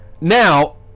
now